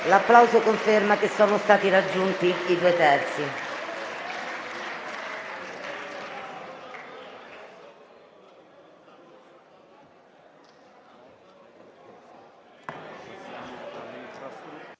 L'applauso conferma che sono stati raggiunti i due terzi.